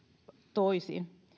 toisin